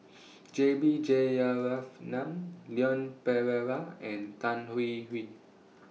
J B Jeyaretnam Leon Perera and Tan Hwee Hwee